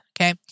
okay